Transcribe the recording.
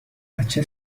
بچه